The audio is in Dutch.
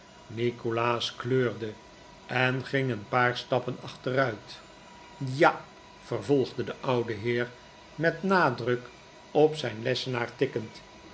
nikolaas kleurde en ging een paar stappen achtemit ja vervolgde de oude heer met nadruk op zijn lessenaar tikkend